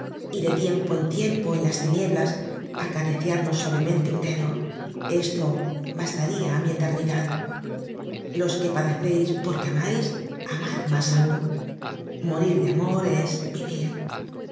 y de tiempo en tiempo en las tinieblas acariciarnos suavemente un dedo esto bastaria á mi eternidad los que padeceis porque amais amad mas aun morir de amor es vivir